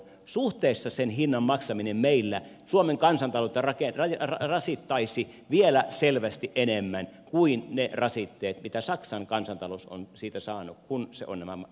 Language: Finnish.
suhteessa sen hinnan maksaminen meillä suomen kansantaloutta rasittaisi vielä selvästi enemmän kuin mitkä ovat ne rasitteet mitä saksan kansantalous on siitä saanut kun se on nämä laskut maksanut